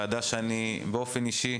זאת ועדה שאני באופן אישי